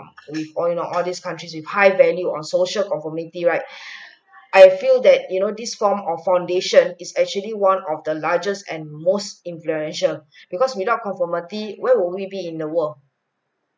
with all you know all these countries with high value on social conformity right I feel that you know this form of foundation is actually one of the largest and most influential because without conformity where will we be in the world